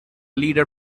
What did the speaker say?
leader